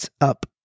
up